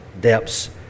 depths